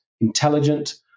intelligent